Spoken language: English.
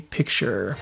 Picture